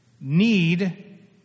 need